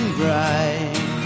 bright